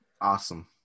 awesome